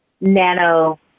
nano